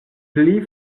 pli